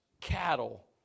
cattle